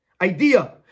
idea